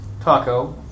taco